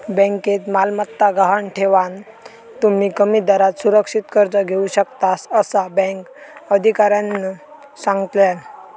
बँकेत मालमत्ता गहाण ठेवान, तुम्ही कमी दरात सुरक्षित कर्ज घेऊ शकतास, असा बँक अधिकाऱ्यानं सांगल्यान